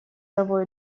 того